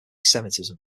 semitism